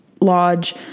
lodge